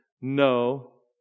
No